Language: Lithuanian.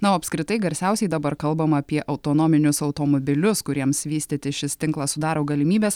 na o apskritai garsiausiai dabar kalbama apie autonominius automobilius kuriems vystyti šis tinklas sudaro galimybes